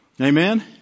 Amen